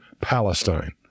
Palestine